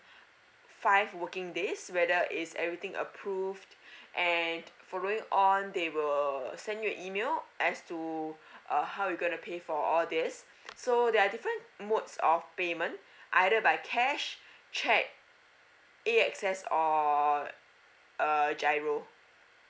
five working days whether is everything approved and following on they will send you email as to err how you gonna pay for all this so there are different modes of payment either by cash cheque E access or err giro